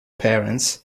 parents